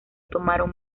tomaron